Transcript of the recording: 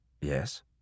Yes